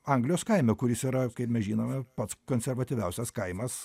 anglijos kaime kuris yra kaip mes žinome pats konservatyviausias kaimas